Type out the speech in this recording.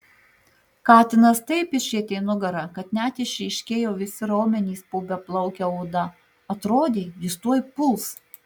katinas taip išrietė nugarą kad net išryškėjo visi raumenys po beplauke oda atrodė jis tuoj puls